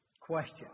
Question